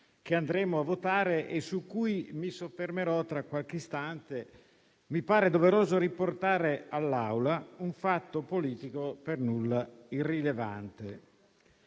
che andremo a votare e su cui mi soffermerò tra qualche istante, mi pare doveroso riportare all'Assemblea un fatto politico per nulla irrilevante.